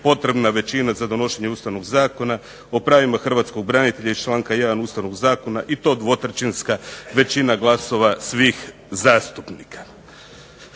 potrebna većina za donošenje ustavnog zakona, o pravima hrvatskog branitelja iz članka 1. ustavnog zakona, i to dvotrećinska većina glasova svih zastupnika.